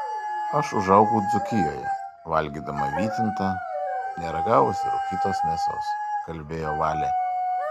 aš užaugau dzūkijoje valgydama vytintą neragavusi rūkytos mėsos kalbėjo valė